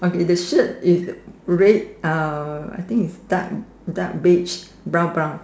okay the shirt is red uh I think it's dark dark beige brown brown